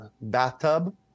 bathtub